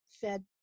fed